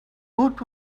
woot